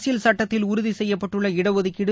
அரசியல் சுட்டத்தில் உறுதி சுசெய்யப்பட்டுள்ள இடஒதுக்கீடு